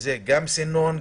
שזה גם צינון,